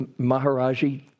Maharaji